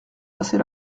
passer